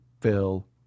Phil